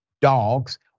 dogs